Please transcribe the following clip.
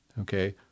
okay